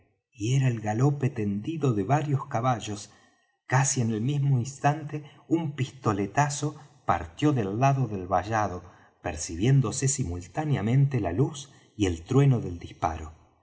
y era el galope tendido de varios caballos casi en el mismo instante un pistoletazo partió del lado del vallado percibiéndose simultáneamente la luz y el trueno del disparo